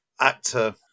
actor